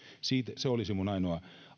se oli se minun ainoa